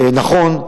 נכון,